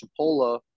Chipola